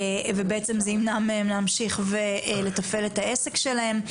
שזה יימנע מהן בעצם להמשיך ולתפעל את העסק שלהן.